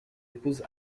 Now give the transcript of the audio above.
épouse